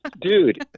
dude